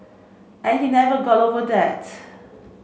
and he never got over that